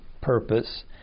purpose